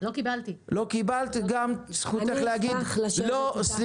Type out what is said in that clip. אני מניח שאתה מבין את החוק הזה.